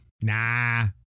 Nah